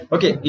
Okay